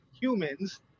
humans